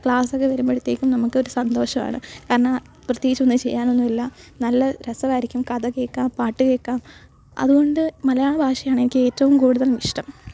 ക്ലാസ്സക്കെ വരുമ്പോഴത്തേക്കും നമുക്കൊരു സന്തോഷവാണ് കാരണം പ്രത്യേകിച്ചൊന്നും ചെയ്യാനൊന്നും ഇല്ല നല്ല രസമായിരിക്കും കഥ കേൾക്കാം പാട്ട് കേൾക്കാം അതുകൊണ്ട് മലയാള ഭാഷയാണ് എനിക്കേറ്റവും കൂടുതല് ഇഷ്ടം